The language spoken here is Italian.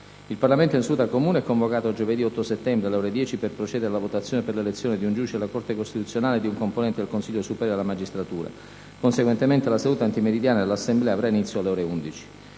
Il Parlamento in seduta comune è convocato giovedì 8 settembre, alle ore 10, per procedere alla votazione per l'elezione di un giudice della Corte costituzionale e di un componente del Consiglio superiore della magistratura. Conseguentemente la seduta antimeridiana dell'Assemblea avrà inizio alle ore 11.